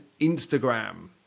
instagram